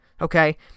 Okay